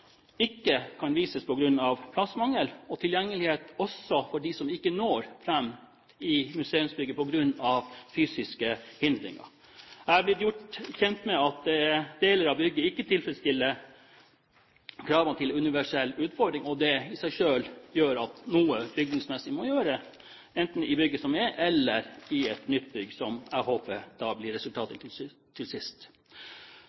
ikke kan vises på grunn av plassmangel, og tilgjengelighet også for dem som ikke når fram i museumsbygget på grunn av fysiske hindringer. Jeg er blitt gjort kjent med at deler av bygget ikke tilfredsstiller kravene til universell utforming, og det i seg selv gjør at noe bygningsmessig må gjøres, enten i bygget som er, eller i et nytt bygg, som jeg håper da blir resultatet